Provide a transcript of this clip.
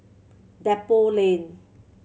Depot Lane